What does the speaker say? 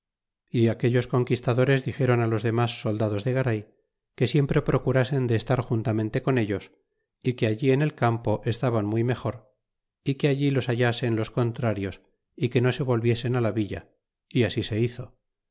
y aquellos conquistadores dixeron los demos soldados de garay que siempre procurasen de estar juntamente con ellos y que allí en el campo estaban muy mejor y que allí los hallasen los contrarios y que no se volviesen la villa y así se hizo